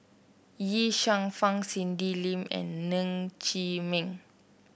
Ye Shufang Cindy Sim and Ng Chee Meng